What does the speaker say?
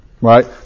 right